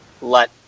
let